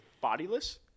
Bodyless